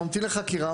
ממתין לחקירה,